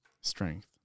strength